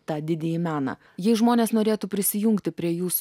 tą didįjį meną jei žmonės norėtų prisijungti prie jūsų